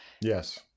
Yes